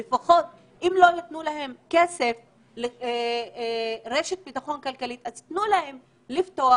אם לא נותנים להם רשת ביטחון כלכלית אז צריך לתת להם לפתוח.